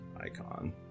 icon